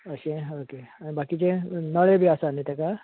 अशें ओके बाकीचे नळे बी आसा न्ही तेका